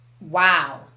wow